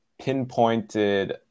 pinpointed